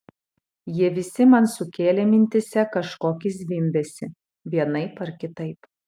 jie visi man sukėlė mintyse kažkokį zvimbesį vienaip ar kitaip